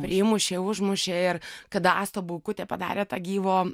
primušė užmušė ir kada asta baukutė padarė tą gyvo